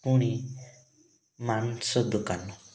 ପୁଣି ମାଂସ ଦୋକାନ